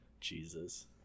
Jesus